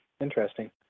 Interesting